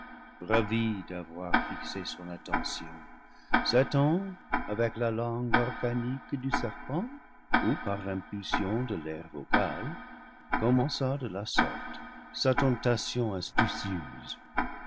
ravi d'avoir fixé son attention satan avec la langue organique du serpent ou par l'impulsion de l'air vocal commença de la sorte sa tentation astucieuse